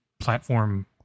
platform